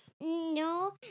No